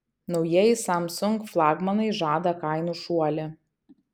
naujieji samsung flagmanai žada kainų šuolį